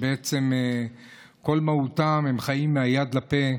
של אנשים שבעצם כל מהותם, הם חיים מהיד לפה.